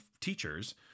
teachers